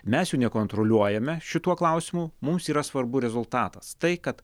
mes jų nekontroliuojame šituo klausimu mums yra svarbu rezultatas tai kad